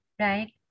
Right